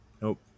Nope